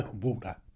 Water